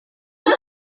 kami